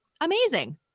Amazing